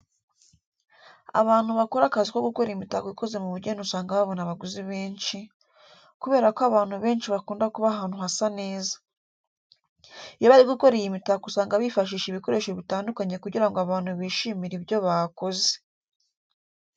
Abantu bakora akazi ko gukora imitako ikoze mu bugeni usanga babona abaguzi benshi, kubera ko abantu benshi bakunda kuba ahantu hasa neza. Iyo bari gukora iyi mitako usanga bifashisha ibikoresho bitandukanye kugira ngo abantu bishimire ibyo bakoze.